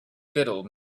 biddle